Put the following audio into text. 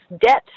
debt